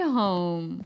home